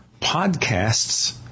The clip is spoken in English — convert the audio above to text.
podcasts